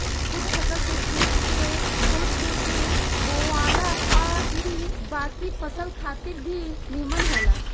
कुछ फसल के खेत के खोद के बोआला आ इ बाकी फसल खातिर भी निमन होला